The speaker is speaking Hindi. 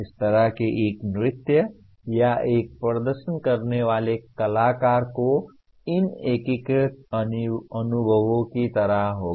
इस तरह के एक नृत्य या एक प्रदर्शन करने वाले कलाकार को इन एकीकृत अनुभवों की तरह होगा